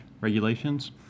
regulations